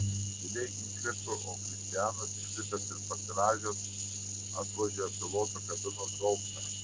giliai įkvepiu o kristianas išlipęs ir pasirąžęs atvožia piloto kabinos gaubtą